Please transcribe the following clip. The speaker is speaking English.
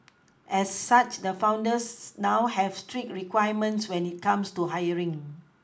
as such the founders now have strict requirements when it comes to hiring